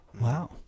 Wow